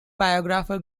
biographer